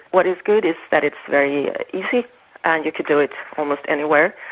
what is good is that it's very easy and you could do it almost anywhere,